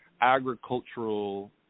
agricultural